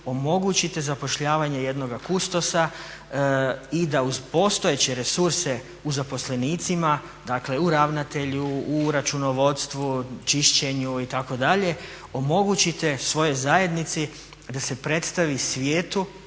omogućite zapošljavanje jednoga kustosa i da uz postojeće resurse u zaposlenicima, dakle u ravnatelju, u računovodstvu, čišćenju itd. omogućite svojoj zajednici da se predstavi svijetu